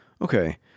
Okay